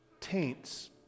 taints